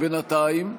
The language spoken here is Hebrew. בינתיים.